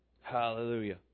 Hallelujah